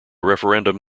referendum